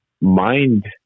mind